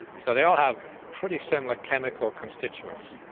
so they all have pretty similar chemical constituents,